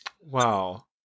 wow